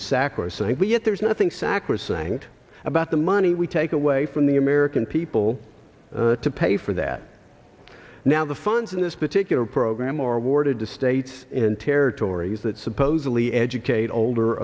is sacrosanct and yet there's nothing sacrosanct about the money we take away from the american people to pay for that now the funds in this particular program are awarded to states in territories that supposedly educate older